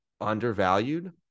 undervalued